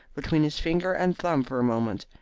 between his finger and thumb for a moment,